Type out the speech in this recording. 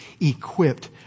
equipped